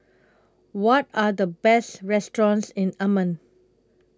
What Are The Best restaurants in Amman